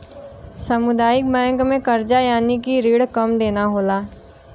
सामुदायिक बैंक में करजा यानि की रिण कम देना होला